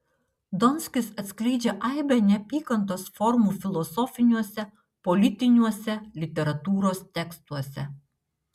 donskis atskleidžia aibę neapykantos formų filosofiniuose politiniuose literatūros tekstuose